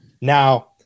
Now